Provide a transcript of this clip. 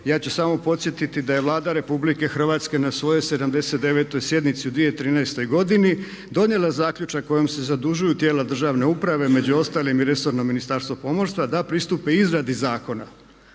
Ja ću samo podsjetiti da je Vlada RH na svojoj 79. sjednici u 2013. godini donijela Zaključak kojim se zadužuju tijela državne uprave među ostalim i resorna ministarstva pomorstva da pristupi izradi zakona